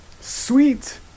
sweet